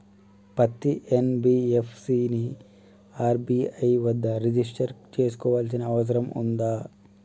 పత్తి ఎన్.బి.ఎఫ్.సి ని ఆర్.బి.ఐ వద్ద రిజిష్టర్ చేసుకోవాల్సిన అవసరం ఉందా?